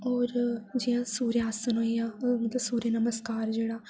होर जेह्ड़ा सूर्या आसन होइया मतलब सूर्या नमस्कर जेह्ड़ा